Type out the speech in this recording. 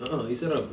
a'ah it's seram